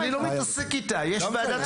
אני לא מתעסק איתה, יש ועדת חוקה.